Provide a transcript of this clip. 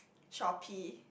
Shopee